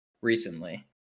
recently